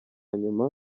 nyuma